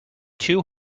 two